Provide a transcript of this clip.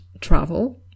travel